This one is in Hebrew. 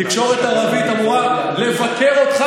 תקשורת ערבית אמורה לבקר אותך,